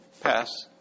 pass